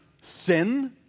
sin